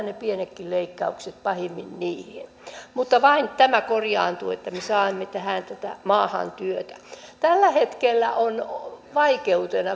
ne pienetkin leikkaukset pahimmin koskevat mutta vain sillä tämä korjaantuu että me saamme tähän maahan työtä tällä hetkellä keskustellaan että on vaikeutena